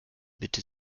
bitte